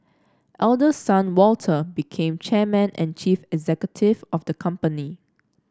eldest son Walter became chairman and chief executive of the company